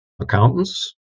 accountants